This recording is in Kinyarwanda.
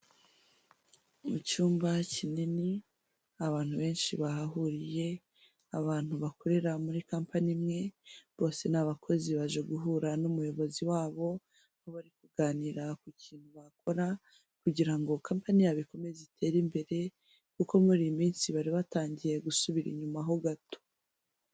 Mu cyumba kinini abantu benshi bahahuriye; abantu bakorera muri kampani imwe, bose ni abakozi baje guhura n'umuyobozi wabo bari kuganira ku kintu bakora kugira kampani yabo ikomeze itere imbere kuko muri iyi minsi bari batangiye gusubira inyuma ho gato.